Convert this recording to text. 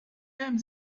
hemm